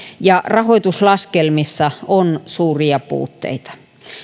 ja rahoituslaskelmissa on suuria puutteita